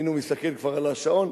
הנה הוא מסתכל כבר על השעון.